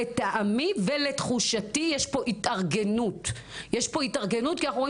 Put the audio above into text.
לטעמי ולתחושתי יש פה התארגנות כי אנחנו רואים